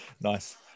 nice